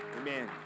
Amen